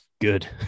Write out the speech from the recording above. good